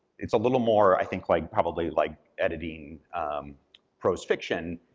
it's a little more, i think, like probably like editing prose fiction,